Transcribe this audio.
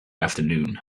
afternoon